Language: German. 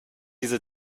diese